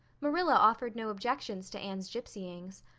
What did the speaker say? marilla offered no objections to anne's gypsyings.